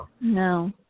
No